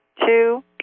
two